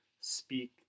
speak